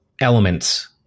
elements